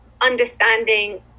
understanding